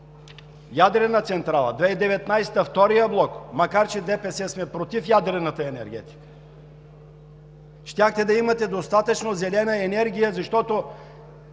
ядрена централа, 2019 г. – втория блок. Макар че ДПС сме против ядрената енергетика, щяхте да имате достатъчно зелена енергия. В